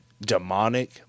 Demonic